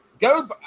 Go